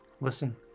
listen